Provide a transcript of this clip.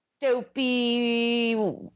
dopey